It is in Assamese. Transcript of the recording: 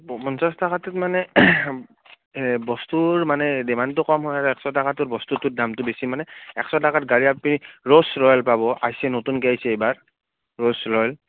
পঞ্চাছ টকাটোত মানে বস্তুৰ মানে ডিমাণ্ডটো কম হয় এশ টকাটোৰ বস্তুটোৰ দামটো বেছি মানে এশ টাকাত গাড়ী আপুনি ৰ'ল্ছ ৰয়েল পাব আহিছে নতুনকৈ আহিছে এইবাৰ ৰ'ল্ছ ৰয়েল